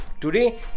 today